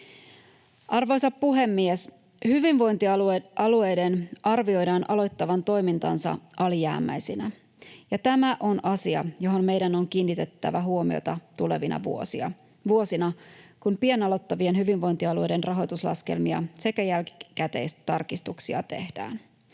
Arvoisa puhemies! Hyvinvointialueiden arvioidaan aloittavan toimintansa alijäämäisinä, ja tämä on asia, johon meidän on kiinnitettävä huomiota tulevina vuosina, kun pian aloittavien hyvinvointialueiden rahoituslaskelmia sekä jälkikäteistarkistuksia tehdään.